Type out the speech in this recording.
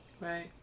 Right